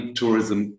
tourism